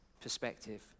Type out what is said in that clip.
perspective